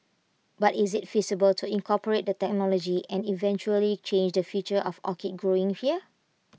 but is IT feasible to incorporate the technology and eventually change the future of orchid growing here